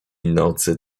nocy